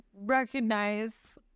recognize